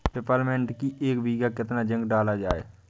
Peppermint की एक बीघा कितना जिंक डाला जाए?